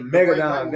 Megadon